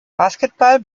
basketball